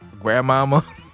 grandmama